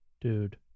Dude